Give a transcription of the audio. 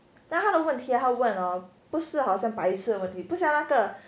那他的问题他问 hor 不是好像白痴的问题不像那个